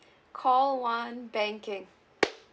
call one banking